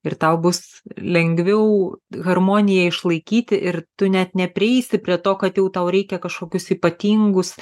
ir tau bus lengviau harmoniją išlaikyti ir tu net neprieisi prie to kad jau tau reikia kažkokius ypatingus